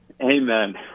Amen